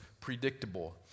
predictable